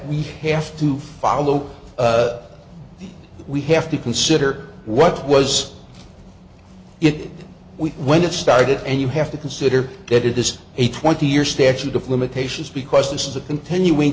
we have to follow that we have to consider what was it we when it started and you have to consider that it is a twenty year statute of limitations because this is a continuing